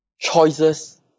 choices